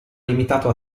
limitato